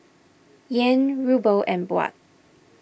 Yen Ruble and Baht